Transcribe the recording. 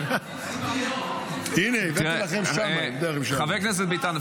חבר הכנסת ביטן,